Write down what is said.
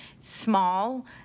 small